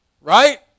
Right